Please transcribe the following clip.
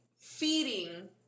feeding